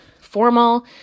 formal